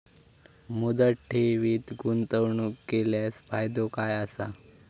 मुदत ठेवीत गुंतवणूक केल्यास फायदो काय आसा?